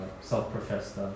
self-professed